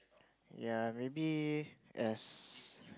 ya maybe as